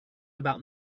about